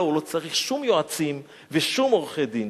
הוא לא צריך שום יועצים ושום עורכי-דין.